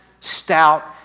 stout